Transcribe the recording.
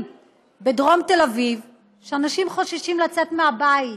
בדרום תל אביב ששם אנשים חוששים לצאת מהבית,